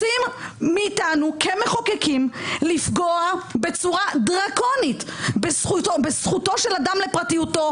רוצים מאיתנו כמחוקקים לפגוע בצורה דרקונית בזכותו של אדם לפרטיותו,